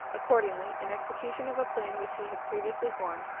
accordingly, in execution of a plan which he had previously formed,